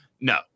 No